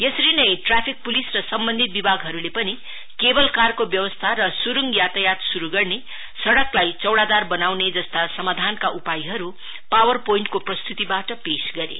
यसरी नै traffic police र सम्बन्धित विभागहरुले पनि केवल कारको व्यबस्था र सुरुङ यातायात शुरु गर्ने सइ़कलाई चौड़ादार बनाउनेजस्ता समाधानका उपयहरु पवर पोइन्ट को प्रस्तुतीवाट पेस गरे